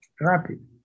rapid